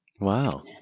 wow